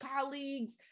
colleagues